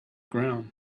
ground